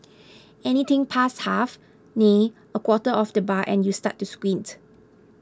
anything past half nay a quarter of the bar and you start to squint